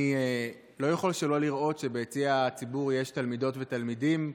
אני לא יכול שלא לראות שביציע הציבור יש תלמידות ותלמידים.